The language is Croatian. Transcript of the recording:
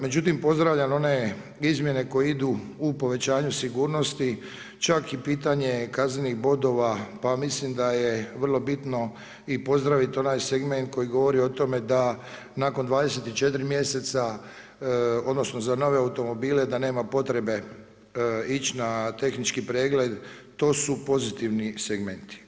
Međutim, pozdravljam one izmjene koje idu u povećanju sigurnost, čak i pitanje kaznenih bodova, pa mislim da je vrlo bitno i pozdraviti onaj segment koji govori o tome da nakon 24 mjeseca odnosno za nove automobile da nema potrebe ići na tehnički pregled, to su pozitivni segmenti.